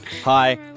Hi